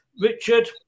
Richard